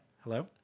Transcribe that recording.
hello